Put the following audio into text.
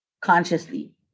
consciously